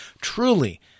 truly